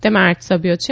તેમાં આઠ સભ્યો છે